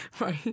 right